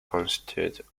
constitute